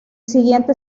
siguiente